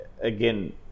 again